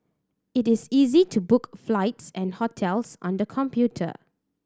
it is easy to book flights and hotels on the computer